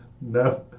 No